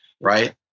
right